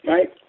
Right